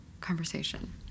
conversation